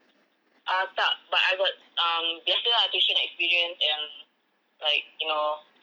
ah tak but I got um biasa ah tuition experience and like you know